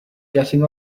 getting